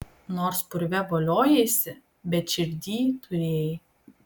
nors purve voliojaisi bet širdyj turėjai